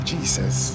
Jesus